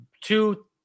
Two